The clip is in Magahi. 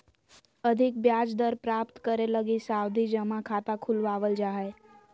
अधिक ब्याज दर प्राप्त करे लगी सावधि जमा खाता खुलवावल जा हय